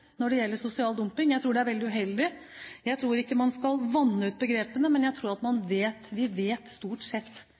når det gjelder sosial dumping. Jeg tror det er veldig uheldig. Jeg tror ikke man skal vanne ut begrepene, men at vi stort sett vet hva vi ser når vi ser det. Vi vet